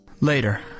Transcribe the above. Later